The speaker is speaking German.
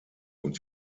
und